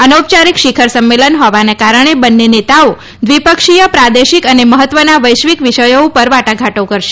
અનૌપચારિક શિખર સંમેલન હોવાને કારણે બંને નેતાઓ દ્વિપક્ષીય પ્રાદેશિક અને મહત્વના વૈશ્વિક વિષયો ઉપર વાટાઘાટો કરશે